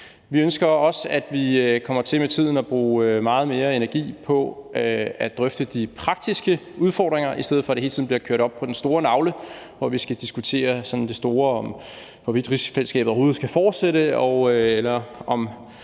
Vi ønsker også, at vi kommer til med tiden at bruge meget mere energi på at drøfte de praktiske udfordringer, i stedet for at det hele tiden bliver kørt op på den store klinge, hvor vi skal diskutere de store ting om, hvorvidt rigsfællesskabet overhovedet skal fortsætte, og om